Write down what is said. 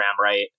right